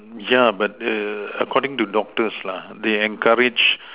yeah but err according to doctors lah they encourage